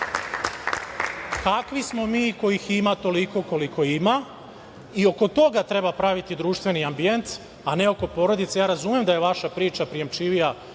kakvi smo mi kojih ima toliko koliko ima i oko toga treba praviti društveni ambijent, a ne oko porodice. Ja razumem da je vaša priča prijemčivija